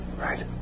Right